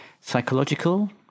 psychological